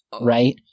Right